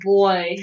boy